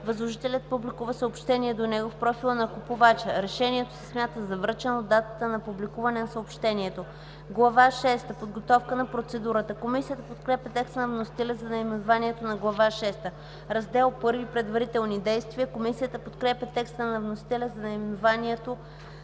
възложителят публикува съобщение до него в профила на купувача. Решението се смята за връчено от датата на публикуване на съобщението.” „Глава шеста – Подготовка на процедурата”. Комисията подкрепя текста на вносителя за наименованието на Глава шеста. „Раздел І – Предварителни действия”. Комисията подкрепя текста на вносителя за наименованието